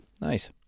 Nice